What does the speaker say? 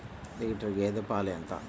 Litre గేదె పాలు ఎంత?